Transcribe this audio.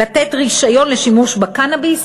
לתת רישיון לשימוש בקנאביס,